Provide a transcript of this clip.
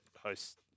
host